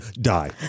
die